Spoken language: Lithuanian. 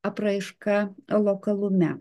apraiška lokalume